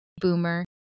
Boomer